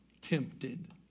tempted